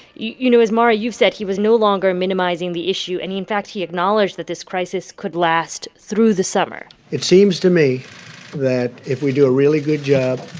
you, you know as mara, you've said, he was no longer minimizing the issue. and he in fact, he acknowledged that this crisis could last through the summer it seems to me that if we do a really good job,